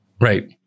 Right